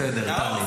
בסדר, טלי.